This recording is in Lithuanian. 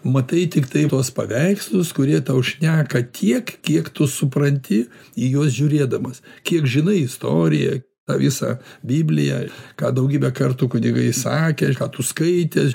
matai tiktai tuos paveikslus kurie tau šneka tiek kiek tu supranti į juos žiūrėdamas kiek žinai istoriją tą visą bibliją ką daugybę kartų kunigai sakė ką tu skaitęs